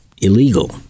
illegal